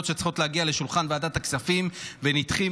שצריכות להגיע לשולחן ועדת הכספים ונדחו,